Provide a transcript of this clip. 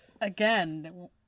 again